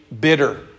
bitter